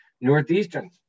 Northeastern